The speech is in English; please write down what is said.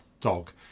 dog